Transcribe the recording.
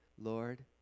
Lord